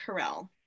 Carell